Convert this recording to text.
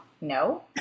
No